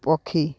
ପକ୍ଷୀ